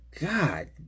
God